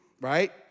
right